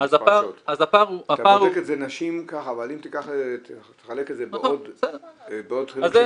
אבל לבוא ולתת את הדוגמה של הבנים בצבא,